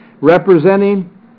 representing